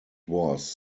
was